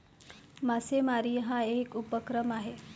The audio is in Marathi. मासेमारी हा एक उपक्रम आहे